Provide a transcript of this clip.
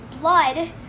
blood